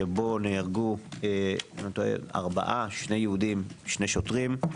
שבו נהרגו ארבעה שני יהודים, שני שוטרים.